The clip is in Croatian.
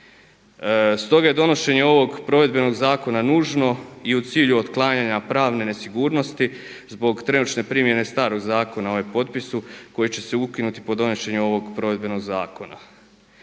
Stoga je donošenje ovog provedbenog zakona nužno i u cilju otklanjanja pravne nesigurnosti zbog trenutačne primjene starog zakona o e-potpisu koji će se ukinuti po donošenju ovog provedbenog zakona.